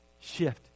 shift